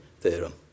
theorem